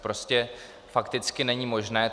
To prostě fakticky není možné.